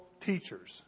teachers